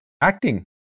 acting